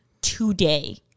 today